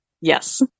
Yes